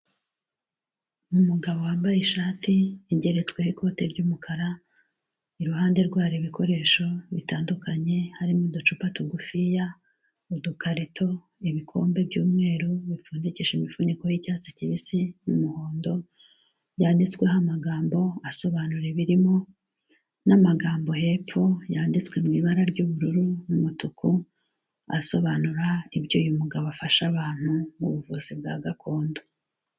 Umugabo wambaye ishati igeretsweho ikote ry'umukara, iruhande rwe hari ibikoresho bitandukanye, harimo uducupa tugufiya, udukarito, ibikombe by'umweru bipfundikije imifuniko y'icyatsi kibisi n'umuhondo, byanditsweho amagambo asobanura ibirimo, n'amagambo hepfo yanditswe mu ibara ry'ubururu n'umutuku, asobanura ibyo uyu mugabo afashe abantu mu buvuzi bwa gakondo.